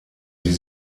die